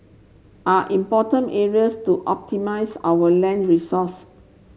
are important areas to optimise our land resource